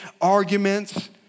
arguments